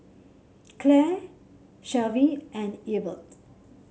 Claire Shelvie and Ebert